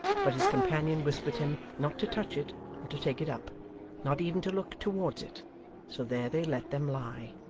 but his companion whispered him not to touch it or to take it up not even to look towards it so there they let them lie,